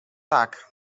tak